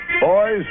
Boys